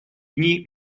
дни